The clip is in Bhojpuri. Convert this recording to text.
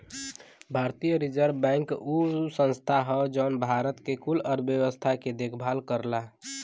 भारतीय रीजर्व बैंक उ संस्था हौ जौन भारत के कुल अर्थव्यवस्था के देखभाल करला